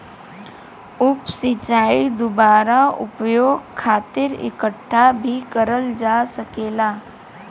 उप सिंचाई दुबारा उपयोग खातिर इकठ्ठा भी करल जा सकेला